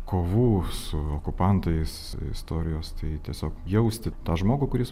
kovų su okupantais istorijos tai tiesiog jausti tą žmogų kuris